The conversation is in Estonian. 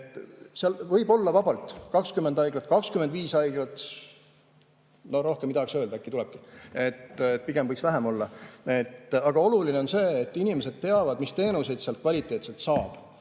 Seal võib olla vabalt 20 haiglat, 25 haiglat. No rohkem ei tahaks öelda, äkki tulebki, pigem võiks vähem olla. Aga oluline on see, et inimesed teavad, mis teenuseid seal kvaliteetselt saab.